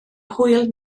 hwyl